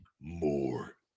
more